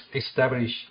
establish